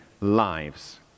lives